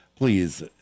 Please